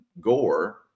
gore